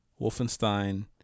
Wolfenstein